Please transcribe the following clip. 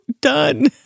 done